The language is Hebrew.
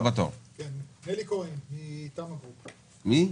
נלי כהן מתמה גרופ,